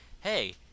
hey